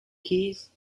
keys